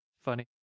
Funny